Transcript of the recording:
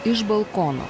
iš balkono